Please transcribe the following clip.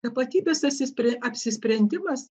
tapatybės atsispr apsisprendimas